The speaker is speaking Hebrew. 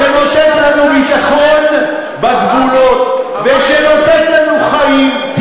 שנותנת לנו ביטחון בגבולות ושנותנת לנו חיים.